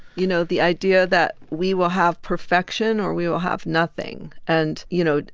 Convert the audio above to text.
you know, the idea that we will have perfection or we will have nothing. and, you know,